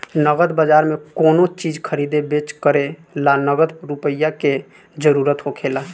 नगद बाजार में कोनो चीज खरीदे बेच करे ला नगद रुपईए के जरूरत होखेला